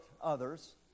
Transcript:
others